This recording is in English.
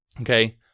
Okay